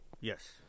Yes